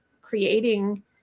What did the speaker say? creating